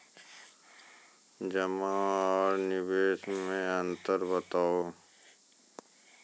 जमा आर निवेश मे अन्तर बताऊ?